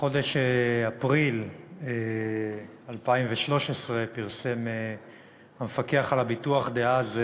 בחודש אפריל 2013 פרסם המפקח על הביטוח דאז,